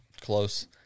Close